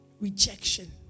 Rejection